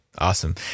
Awesome